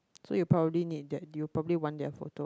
so you probably need that you probably want that photo